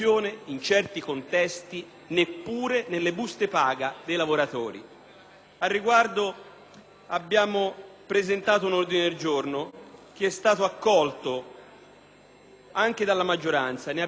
Al riguardo abbiamo presentato un ordine del giorno, accolto anche dalla maggioranza; ne abbiamo - voglio dirlo - apprezzato il gesto come le firme che si sono aggiunte.